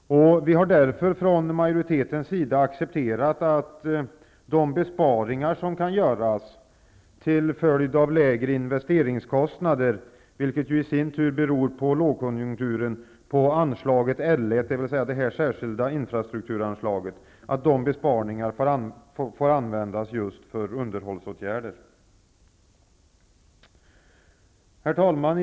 Vi har därför från majoritetens sida accepterat att de medel som frigörs genom de besparingar som kan göras till följd av lägre investeringskostnader, vilket i sin tur beror på lågkonjunkturen, på anslaget L1, dvs. det speciella infrastrukturanslaget, får användas för just underhållsåtgärder. Herr talman!